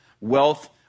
wealth